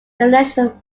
international